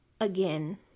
Again